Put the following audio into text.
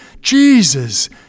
Jesus